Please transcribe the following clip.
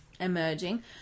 emerging